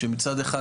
שמצד אחד,